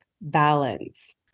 balance